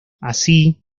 así